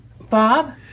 Bob